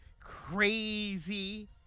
crazy